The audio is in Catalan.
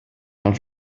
els